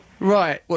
right